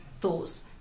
thoughts